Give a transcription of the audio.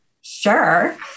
Sure